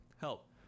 help